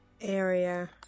area